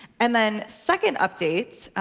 and then second update,